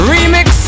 Remix